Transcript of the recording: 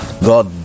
God